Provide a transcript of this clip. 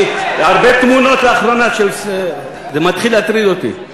הרבה תמונות לאחרונה, זה מתחיל להטריד אותי.